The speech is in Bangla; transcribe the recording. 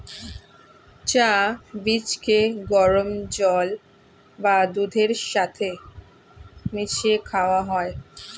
চা বীজকে গরম জল বা দুধের সাথে মিশিয়ে খাওয়া হয়